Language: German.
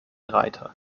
reiter